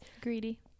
Greedy